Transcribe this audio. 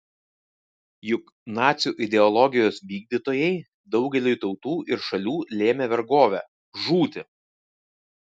juk nacių ideologijos vykdytojai daugeliui tautų ir šalių lėmė vergovę žūtį